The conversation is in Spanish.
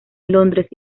londres